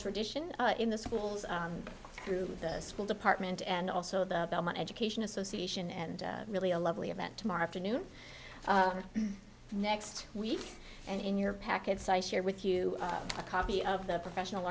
tradition in the schools through the school department and also the belmont education association and really a lovely event tomorrow afternoon next week and in your packets i share with you a copy of the professional